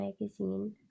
magazine